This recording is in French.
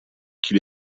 qu’il